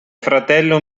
fratello